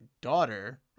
daughter